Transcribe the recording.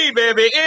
baby